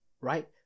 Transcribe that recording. right